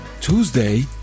Tuesday